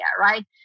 right